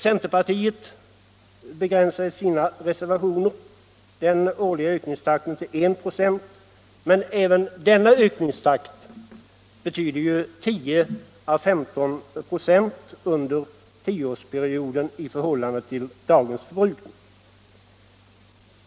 Centerpartiet vill i sina reservationer begränsa den årliga ökningstakten till I 96, men även denna ökningstakt betyder ju 10 å 15 96 ökning under tioårsperioden i förhållande till dagens förbrukning.